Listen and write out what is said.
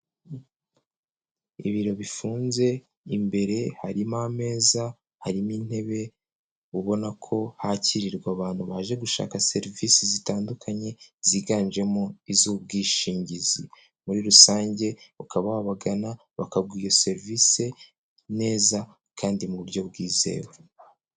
Ibiro bifunze imbere harimo ameza, harimo intebe, ubona ko hakirirwa abantu baje gushaka serivisi zitandukanye ziganjemo iz'ubwishingizi. Muri rusange, ukaba wabagana bakaguha iyo serivise neza, kandi mu buryo bwizewe.